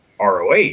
ROH